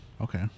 Okay